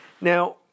Now